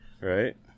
Right